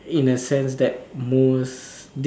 in a sense that most